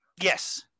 Yes